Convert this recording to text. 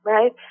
Right